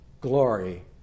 glory